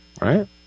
right